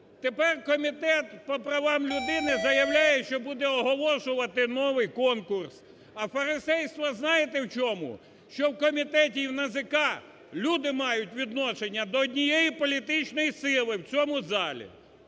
Тепер Комітет по правам людини заявляє, що буде оголошувати новий конкурс. А фарисейство знаєте в чому? Що в комітеті і в НАЗК люди мають відношення до однієї політичної сили в цьому залі.